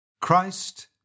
Christ